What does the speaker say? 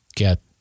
get